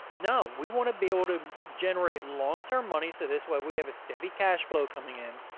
no, we want to be able to generate longterm money. so this way we have a steady cashflow coming in,